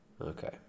Okay